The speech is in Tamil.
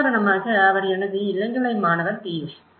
உதாரணமாக அவர் எனது இளங்கலை மாணவர் பியூஷ்